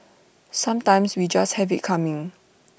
sometimes we just have IT coming